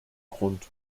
grund